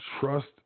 trust